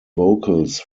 vocals